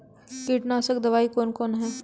कीटनासक दवाई कौन कौन हैं?